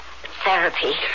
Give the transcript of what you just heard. therapy